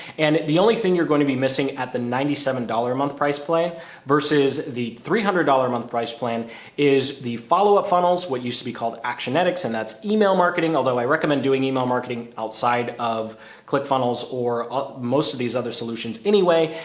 and the only thing you're going to be missing at the ninety seven dollars a month price plan versus the three hundred dollars a month price plan is the follow-up funnels. what used to be called actionetics and that's email marketing. although i recommend doing email marketing outside of click funnels or ah most of these other solutions anyway,